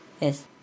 Yes